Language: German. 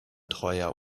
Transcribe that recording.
treuer